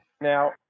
Now